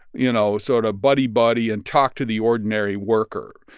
you know, sort of buddy-buddy and talk to the ordinary worker.